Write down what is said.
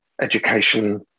education